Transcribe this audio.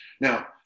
Now